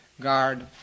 Guard